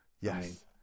Yes